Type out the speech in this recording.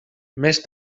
més